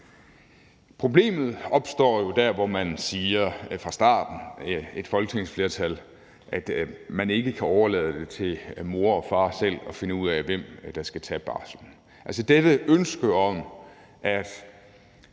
Problemet opstår jo der, hvor man, et folketingsflertal, fra starten siger, at man ikke kan overlade det til mor og far selv at finde ud af, hvem der skal tage barslen. Altså, problemet